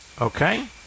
Okay